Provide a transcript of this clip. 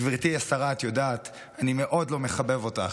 גברתי השרה, את יודעת, אני מאוד לא מחבב אותך.